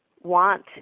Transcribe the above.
want